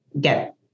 get